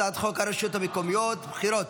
הצעת חוק הרשויות המקומיות (בחירות)